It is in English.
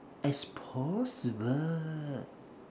as possible